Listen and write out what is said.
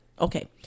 okay